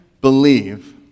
believe